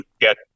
get